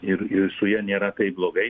ir ir su ja nėra taip blogai